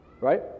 right